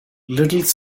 little